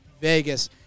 Vegas